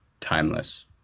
timeless